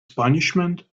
punishment